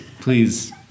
Please